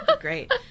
Great